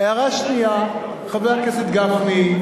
חבר הכנסת משה גפני.